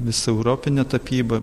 visą europinę tapybą